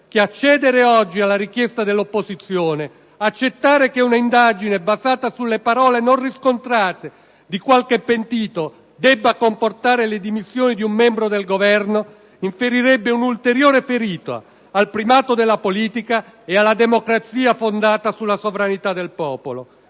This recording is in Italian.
che accedere oggi alla richiesta dell'opposizione, accettare che un'indagine basata sulle parole non riscontrate di qualche pentito debba comportare le dimissioni di un membro del Governo, inferirebbe un'ulteriore ferita al primato della politica e alla democrazia fondata sulla sovranità del popolo.